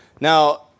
Now